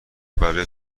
برای